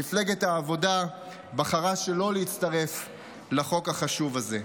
מפלגת העבודה בחרה שלא להצטרף לחוק החשוב הזה.